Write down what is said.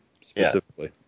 specifically